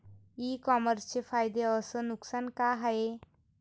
इ कामर्सचे फायदे अस नुकसान का हाये